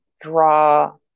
draw